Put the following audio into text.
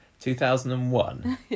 2001